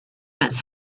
its